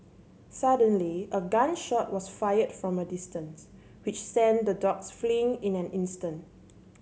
suddenly a gun shot was fired from a distance which sent the dogs fleeing in an instant